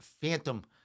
phantom